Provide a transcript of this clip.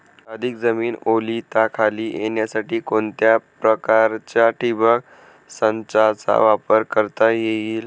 अधिक जमीन ओलिताखाली येण्यासाठी कोणत्या प्रकारच्या ठिबक संचाचा वापर करता येईल?